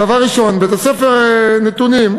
דבר ראשון, בית-הספר, נתונים,